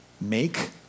Make